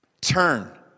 Turn